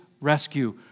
rescue